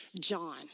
John